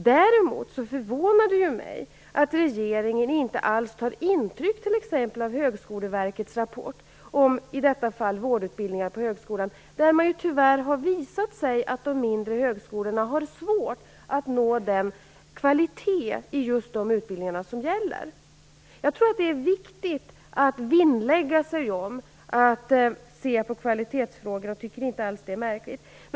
Däremot förvånar det mig att regeringen inte alls tar intryck av t.ex. av Högskoleverkets rapport, i detta fall rapporten om vårdutbildningar på Högskolan, där det tyvärr har visat sig att de mindre högskolorna har svårt att nå kvalitet i de utbildningar det gäller. Jag tror att det är viktigt att vinnlägga sig om att se på kvalitetsfrågor. Jag tycker inte alls att det är märkligt.